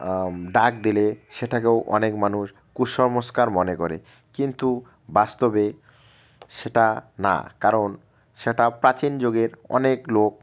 ডাক দিলে সেটাকেও অনেক মানুষ কুসংস্কার মনে করে কিন্তু বাস্তবে সেটা না কারণ সেটা প্রাচীন যুগের অনেক লোক